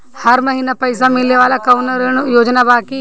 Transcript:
हर महीना पइसा मिले वाला कवनो ऋण योजना बा की?